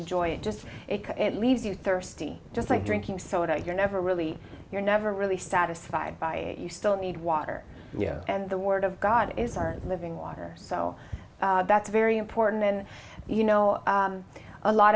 joy it just leaves you thirsty just like drinking soda you're never really you're never really satisfied by you still need water and the word of god is aren't living water so that's very important and you know a lot